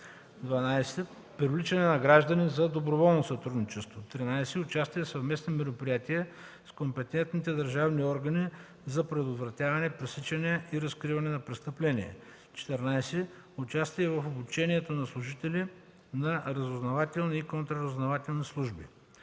12. привличане на граждани за доброволно сътрудничество; 13. участие в съвместни мероприятия с компетентните държавни органи за предотвратяване, пресичане и разкриване на престъпления; 14. участие в обучението на служители на разузнавателни и контраразузнавателни служби.